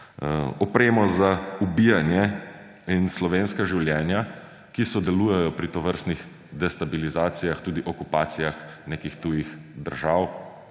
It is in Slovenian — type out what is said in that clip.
opremo za ubijanje. In slovenska življenja, ki sodelujejo pri tovrstnih destabilizacijah, tudi okupacijah nekih tujih držav